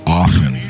often